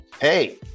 hey